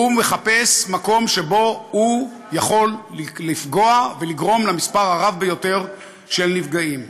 הוא מחפש מקום שבו הוא יכול לפגוע ולגרום למספר הרב ביותר של נפגעים.